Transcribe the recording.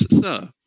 sir